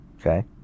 Okay